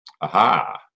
Aha